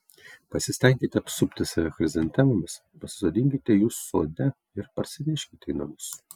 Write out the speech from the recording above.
pasistenkite apsupti save chrizantemomis pasisodinkite jų sode ir parsineškite į namus